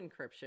encryption